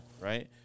Right